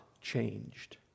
changed